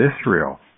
Israel